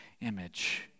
image